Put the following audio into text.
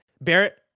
barrett